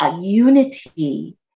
unity